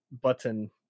button